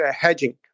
hedging